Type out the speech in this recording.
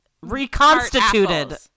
Reconstituted